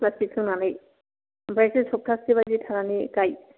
plastic खोंनानै ओमफ्रायसो सप्तासेबादि थानानै गाय